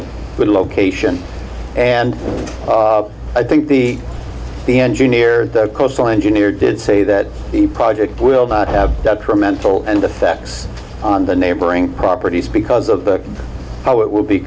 a good location and i think the the engineer the coastal engineer did say that the project will not have detrimental effects on the neighboring properties because of the how it will be